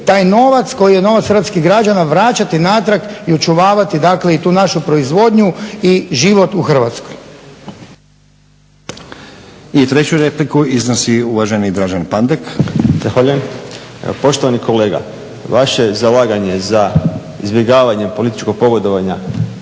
taj novac koji je novac hrvatskih građana vraćati natrag očuvavati dakle i tu našu proizvodnju i život u Hrvatskoj. **Stazić, Nenad (SDP)** I treću repliku iznosi uvaženi Draženko Pandek. **Pandek, Draženko (SDP)** Zahvaljujem. Poštovani kolega, vaše zalaganje za izbjegavanje političkog pogodovanja